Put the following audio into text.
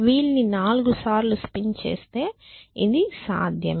wheel ని 4 సార్లు spin చేస్తే ఇది సాధ్యమే